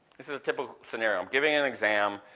this is a typical scenario, giving an exam,